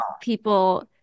people